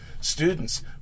students